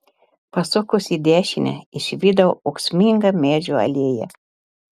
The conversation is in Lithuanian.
pasukus į dešinę išvydau ūksmingą medžių alėją